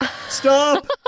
Stop